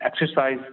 exercise